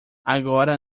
agora